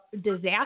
disaster